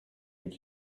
est